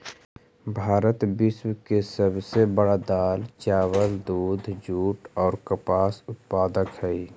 भारत विश्व के सब से बड़ा दाल, चावल, दूध, जुट और कपास उत्पादक हई